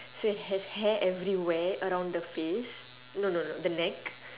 so it has hair everywhere around the face no no no the neck